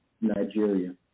Nigeria